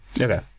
Okay